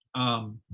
um,